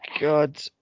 god